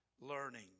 learning